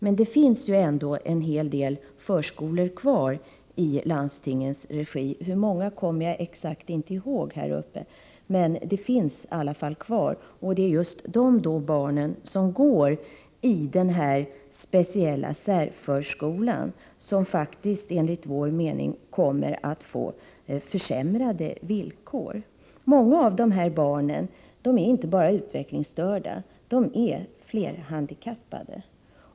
Men det finns ändå en hel del förskolor kvar i landstingens regi — exakt hur många det rör sig om kommer jag här ifrån talarstolen inte ihåg. Och det är just de barn som går i den speciella särskolan som enligt vår mening faktiskt kommer att få försämrade villkor. Många av dessa barn är inte bara utvecklingsstörda utan också flerhandikappade.